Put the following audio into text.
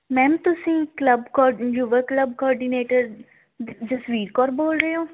ma'am ਤੁਸੀਂ club ਕੋ ਯੁਵਾ ਕਲੱਬ ਕੋਆਡੀਨੇਟਰ ਜ ਜਸਵੀਰ ਕੌਰ ਬੋਲ ਰਹੇ ਹੋ